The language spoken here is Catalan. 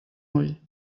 ull